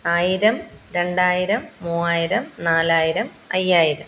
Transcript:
ആയിരം രണ്ടായിരം മൂവായിരം നാലായിരം അയ്യായിരം